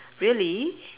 really